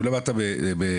אם למדת במוסד,